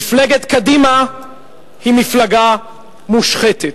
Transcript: מפלגת קדימה היא מפלגה מושחתת.